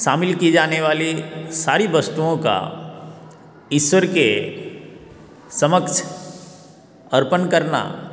शामिल की जाने वाली सारी वस्तुओं का ईश्वर के समक्ष अर्पण करना